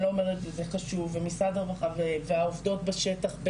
אני לא אומרת זה חשוב ומשרד הרווחה והעובדות בשטח,